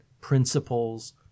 principles